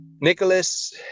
Nicholas